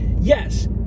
yes